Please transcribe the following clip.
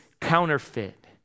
counterfeit